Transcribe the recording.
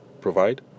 provide